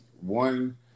One